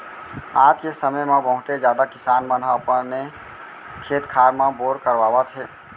आज के समे म बहुते जादा किसान मन ह अपने खेत खार म बोर करवावत हे